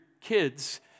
kids